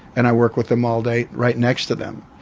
and i work with them all day right next to them.